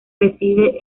reside